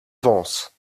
vence